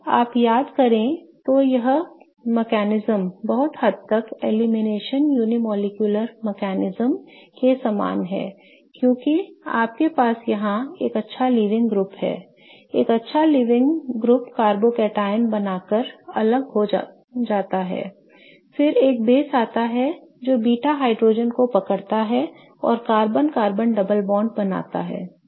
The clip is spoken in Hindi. यदि आप याद करें तो यह तंत्र बहुत हद तक elimination unimolecular mechanism के समान है क्योंकि आपके पास यहां एक अच्छा लीविंग ग्रुप है एक अच्छा लीविंग ग्रुप कार्बोकैटायन बना कर अलग हो जाता है फिर एक बेस आता है जो बीटा हाइड्रोजन को पकड़ता है और कार्बन कार्बन डबल बॉन्ड बनाता है